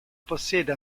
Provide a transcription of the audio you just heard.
possiede